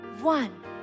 one